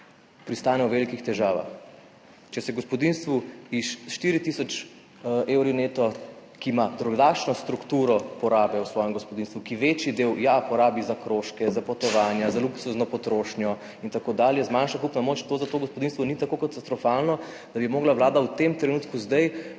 pristane v velikih težavah. Če se gospodinjstvu s 4 tisoč evrov neto, ki ima drugačno strukturo porabe v svojem gospodinjstvu, ki večji del porabi za krožke, za potovanja, za luksuzno potrošnjo in tako dalje, zmanjšana kupna moč za to gospodinjstvo ni tako katastrofalna, da bi morala vlada v tem trenutku